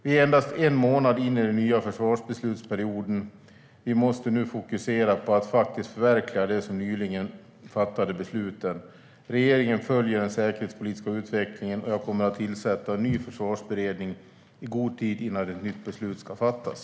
Vi är endast en månad in i den nya försvarsbeslutsperioden. Vi måste nu fokusera på att faktiskt förverkliga de nyligen fattade besluten. Regeringen följer den säkerhetspolitiska utvecklingen, och jag kommer att tillsätta en ny försvarsberedning i god tid innan ett nytt försvarsbeslut ska fattas.